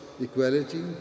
equality